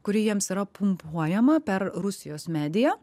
kuri jiems yra pumpuojama per rusijos mediją